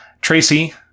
Tracy